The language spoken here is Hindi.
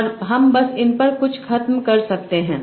और हम बस इन पर कुछ खत्म कर सकते हैं